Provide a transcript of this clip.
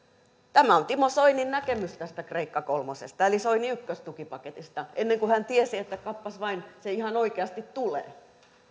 tämä on timo soinin näkemys tästä kreikka kolmosesta eli soinin ykköstukipaketista ennen kuin hän tiesi että kappas vain se ihan oikeasti tulee